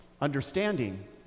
understanding